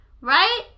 Right